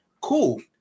cool